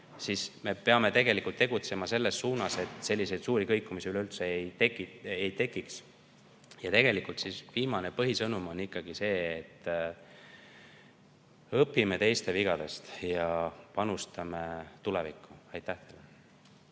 hoida. Me peame tegutsema selles suunas, et selliseid suuri kõikumisi üldse ei tekiks. Tegelikult viimane põhisõnum on ikkagi see, et õpime teiste vigadest ja panustame tulevikku! Aitäh